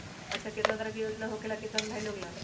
अच्छा कितना तरह के योजना होखेला किसान भाई लोग ला?